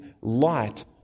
light